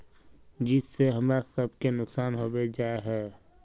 जिस से हमरा सब के नुकसान होबे जाय है?